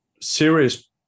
serious